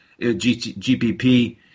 gpp